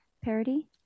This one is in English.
Parody